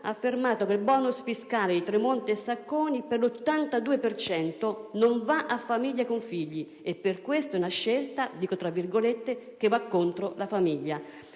affermato che il*bonus* fiscale di Tremonti e Sacconi per l'82 per cento non va a famiglie con figli e per questo è una scelta "che va contro la famiglia".